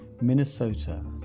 Minnesota